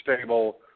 stable